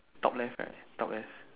top left right top left